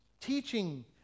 teaching